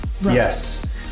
yes